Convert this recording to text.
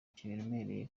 kiremereye